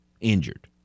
injured